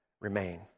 Remain